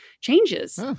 changes